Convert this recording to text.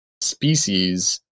species